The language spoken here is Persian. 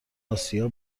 آسیا